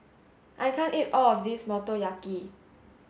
I can't eat all of this Motoyaki